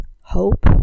hope